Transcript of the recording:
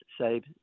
save